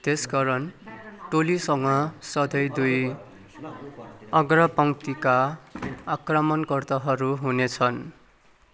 त्यसकारण टोलीसँग सधैँ दुई अग्रपङ्क्तिका आक्रमणकर्ताहरू हुनेछन्